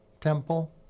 temple